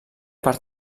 per